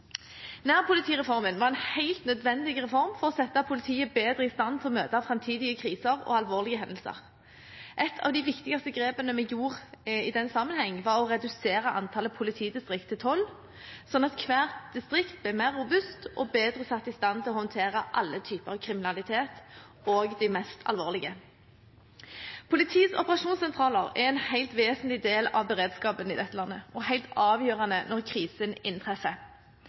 Nærpolitireformen var en helt nødvendig reform for å sette politiet bedre i stand til å møte framtidige kriser og alvorlige hendelser. Et av de viktigste grepene vi gjorde i den sammenhengen, var å redusere antallet politidistrikter til tolv, sånn at hvert distrikt ble mer robust og satt bedre i stand til å håndtere alle typer kriminalitet, også de mest alvorlige. Politiets operasjonssentraler er en helt vesentlig del av beredskapen i dette landet og helt avgjørende når krisen inntreffer.